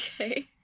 Okay